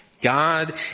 God